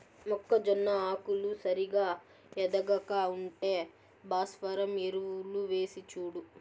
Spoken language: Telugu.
మొక్కజొన్న ఆకులు సరిగా ఎదగక ఉంటే భాస్వరం ఎరువులు వేసిచూడు